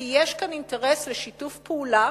כי יש כאן אינטרס לשיתוף פעולה